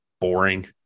boring